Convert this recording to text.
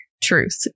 truth